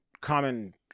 common